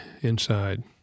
inside